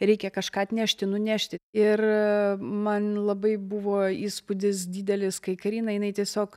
reikia kažką atnešti nunešti ir man labai buvo įspūdis didelis kai karina jinai tiesiog